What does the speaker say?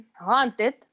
haunted